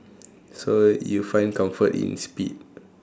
so you find comfort in speed